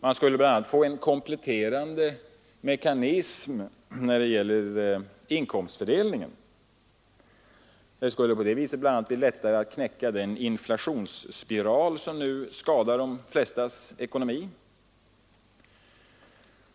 Man skulle få en kompletterande mekanism på inkomstfördelningens område. Det skulle därmed blir lättare att knäcka den inflationsspiral som nu skadar de flestas ekonomi.